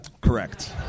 Correct